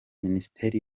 minisiteri